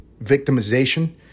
victimization